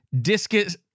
discus